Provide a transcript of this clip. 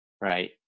Right